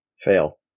Fail